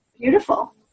Beautiful